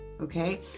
okay